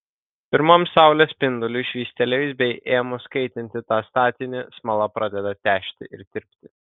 pirmam saulės spinduliui švystelėjus bei ėmus kaitinti tą statinį smala pradeda težti ir tirpti